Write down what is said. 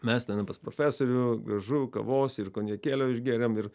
mes ten pas profesorių gražu kavos ir konjakėlio išgėrėm ir